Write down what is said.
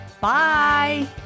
Bye